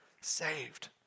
Saved